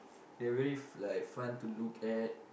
they are very f~ like fun to look at